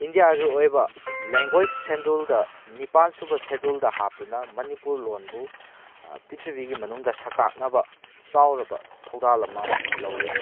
ꯏꯟꯗꯤꯌꯥꯒꯤ ꯑꯣꯏꯕ ꯂꯦꯡꯒꯣꯏꯁ ꯁꯦꯗꯨꯜꯗ ꯅꯤꯄꯥꯟ ꯁꯨꯕ ꯁꯦꯗꯨꯜꯗ ꯍꯥꯞꯇꯨꯅ ꯃꯅꯤꯄꯨꯔ ꯂꯣꯟꯕꯨ ꯄ꯭ꯔꯤꯊꯤꯕꯤꯒꯤ ꯃꯅꯨꯡꯗ ꯁꯛ ꯇꯥꯛꯅꯕ ꯆꯥꯎꯔꯕ ꯊꯧꯗꯥꯡ ꯑꯃ ꯂꯧꯔꯤ